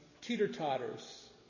teeter-totters